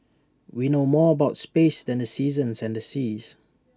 we know more about space than the seasons and the seas